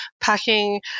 packing